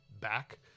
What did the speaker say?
back